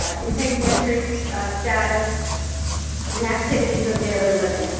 ah integumentary so status and activities of daily living.